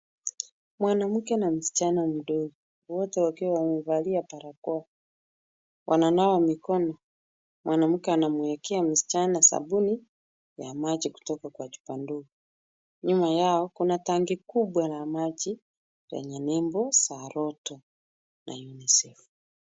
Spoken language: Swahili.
Mwanamke na msichana mdogo, wote wakiwa wamevalia barakoa wananawa mikono. Mwanamke anamwekea msichana sabuni ya maji kutoka kwa chupa ndogo. Nyuma yao, kuna tanki kubwa la maji lenye nembo za rotto na UNICEF.